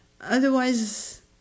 otherwise